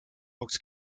oaks